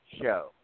show